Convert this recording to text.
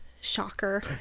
shocker